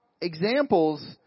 examples